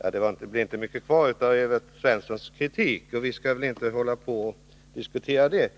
Fru talman! Det blev inte mycket kvar av Evert Svenssons kritik. Vi skall inte diskutera det